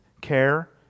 care